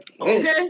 Okay